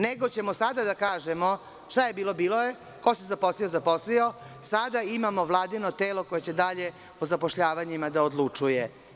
Nego ćemo sada da kažemo – šta je bilo, bilo je, ko se zaposlio, zaposlio, sada imamo Vladino telo koje će dalje o zapošljavanjima da odlučuje.